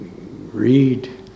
read